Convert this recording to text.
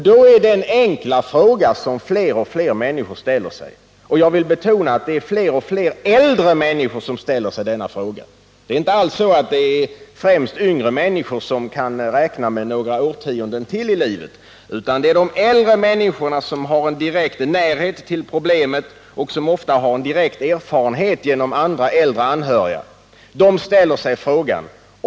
Då är den enkla fråga som fler och fler ställer sig — och jag vill betona att det är fler och fler äldre människor som ställer sig denna fråga — om inte deras vilja skall respekteras. Det är inte alls så att det är främst yngre människor, som kan räkna med några årtionden till i livet, utan det är de äldre människorna, de som har en direkt närhet till problemet och som ofta har direkt erfarenhet genom äldre anhöriga, som ställer sig den frågan.